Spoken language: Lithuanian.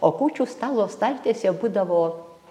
o kūčių stalo staltiesė būdavo